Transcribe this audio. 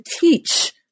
teach